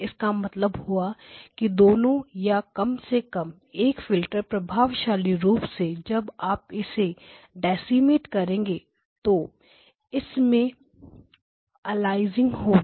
इसका मतलब हुआ कि दोनों या कम से कम एक फिल्टर प्रभावशाली रूप से जब आप इसे डेसीमेट करेंगे तो इसमें अलियासिंग होगी